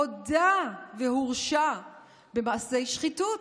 הודה והורשע במעשי שחיתות,